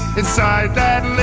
inside that